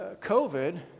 COVID